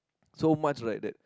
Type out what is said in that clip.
so much right that